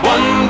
One